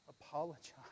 apologize